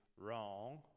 wrong